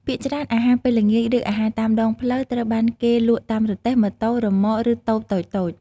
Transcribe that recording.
ភាគច្រើនអាហារពេលល្ងាច ឬអាហារតាមដងផ្លូវត្រូវបានគេលក់តាមរទេះ ម៉ូតូ រឺម៉ក ឬតូបតូចៗ។